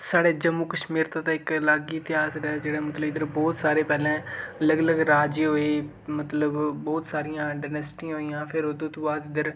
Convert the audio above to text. साढ़े जम्मू कश्मीर दा ते इक अलग ई इतिहास जेह्ड़ा मतलब की बहुत सारें अलग अलग राजे होए मतलब बहुत सारियां डनैसटियां होइयां फिर ओह्दे तूं बाद इद्धर